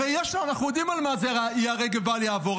הרי אנחנו יודעים מה זה ייהרג ובל יעבור,